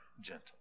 gentle